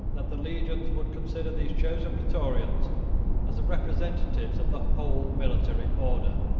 that the legions would consider these chosen praetorians as the representatives of the whole military order